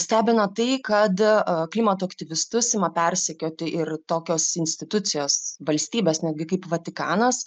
stebina tai kad klimato aktyvistus ima persekioti ir tokios institucijos valstybės netgi kaip vatikanas